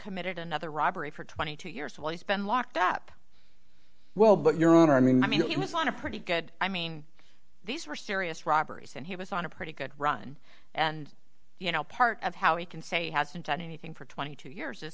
committed another robbery for twenty two years while he's been locked up well but your honor i mean i mean he was on a pretty good i mean these were serious robberies and he was on a pretty good run and you know part of how he can say he hasn't done anything for twenty two years